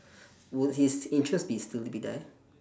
would his interest be still be there